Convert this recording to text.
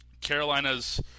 Carolina's